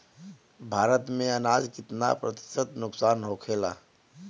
भारत में अनाज कितना प्रतिशत नुकसान होखेला?